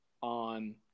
on